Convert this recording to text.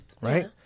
right